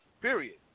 period